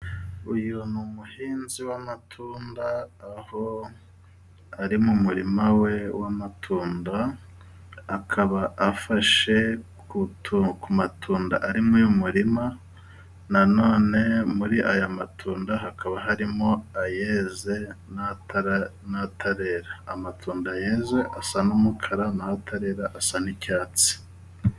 Uyu ni umuhinzi w'amatunda， aho ari mu murima we w'amatunda， akaba afashe ku matunda ari muri uyu murima， na none muri aya matunda hakaba harimo ayeze n'atarera，amatunda yeze asa n’umukara，n’atarera asa n'icyatsi.